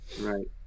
Right